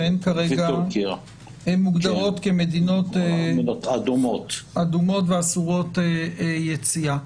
שהן כרגע מוגדרות כרגע כמדינות אדומות ואסורות יציאה.